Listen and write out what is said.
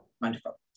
Wonderful